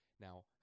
Now